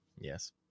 yes